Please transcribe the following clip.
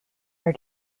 are